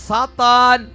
Satan